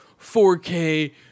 4K